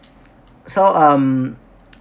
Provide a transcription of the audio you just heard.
so um